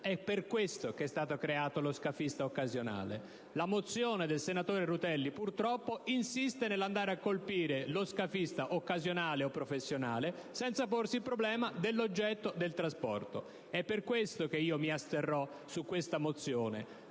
per questo è stato creato lo scafista occasionale. La mozione n. 406 (testo 3) del senatore Rutelli, purtroppo, insiste nell'andare a colpire lo scafista occasionale o professionale senza porsi il problema dell'oggetto del trasporto. È per questo motivo che mi asterrò su tale mozione.